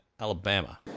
Alabama